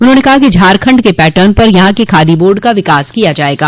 उन्होंने कहा कि झारखंड के पैटर्न पर यहां के खादी बोर्ड का विकास किया जायेगा